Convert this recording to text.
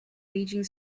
raging